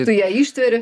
tu ją ištveri